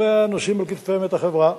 אלה הנושאים על כתפיהם את החברה,